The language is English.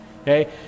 okay